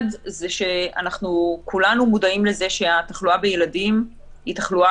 אנחנו כולנו מודעים לזה שהתחלואה בילדים היא תחלואה